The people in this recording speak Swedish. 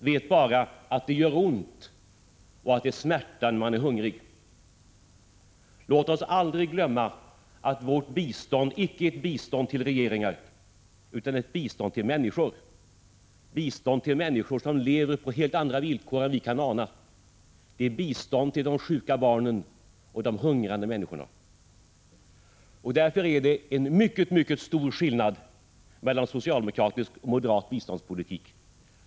Det vet bara att det gör ont, att det smärtar när man är hungrig. Låt oss aldrig glömma att vårt bistånd icke är ett bistånd till regeringar, utan ett bistånd till människor! Det är ett bistånd till människor som lever på helt andra villkor än vi kan ana. Det är ett bistånd till de sjuka barnen och de hungrande människorna. Därför är det en enormt stor skillnad mellan socialdemokratisk och moderat biståndspolitik.